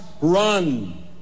run